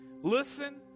Listen